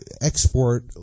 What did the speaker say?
export